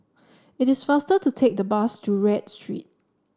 it is faster to take the bus to Read Street